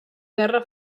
guerra